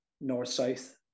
north-south